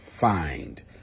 find